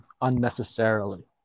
unnecessarily